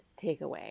takeaway